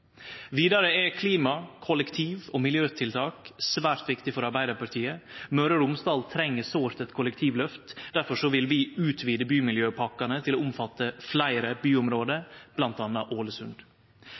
Vidare er klima-, kollektiv- og miljøtiltak svært viktig for Arbeidarpartiet. Møre og Romsdal treng sårt eit kollektivløft. Difor vil vi utvide bymiljøpakkene til å omfatte fleire byområde,